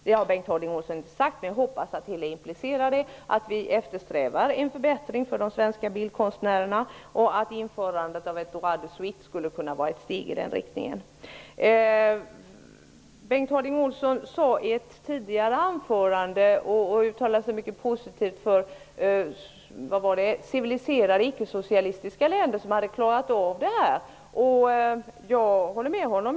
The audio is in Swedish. Bengt Harding Olson har inte sagt det, men jag hoppas att det han sagt implicerar att han eftersträvar en förbättring för de svenska bildkonstnärerna och att ett införande av ''droit de suite'' skulle kunna vara ett steg i den riktningen. I ett tidigare anförande uttalade Bengt Harding Olson sig mycket positivt om att civiliserade ickesocialistiska länder klarat av detta. Jag håller med honom.